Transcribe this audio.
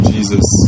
Jesus